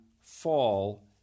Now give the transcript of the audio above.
fall